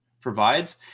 provides